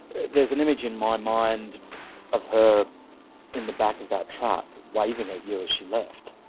there's an image in my mind of her in the back of that truck waving ah you as she left.